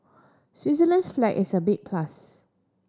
Switzerland's flag is a big plus